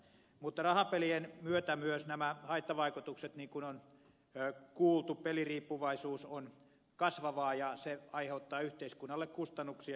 mutta rahapelien myötä myös haittavaikutukset niin kuin on kuultu peliriippuvaisuus ovat kasvussa ja aiheuttavat yhteiskunnalle kustannuksia